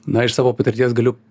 na iš savo patirties galiu